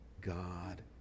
God